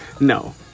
no